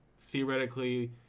theoretically